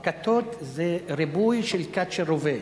"קָתוֹת" זה ריבוי של קת של רובה.